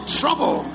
trouble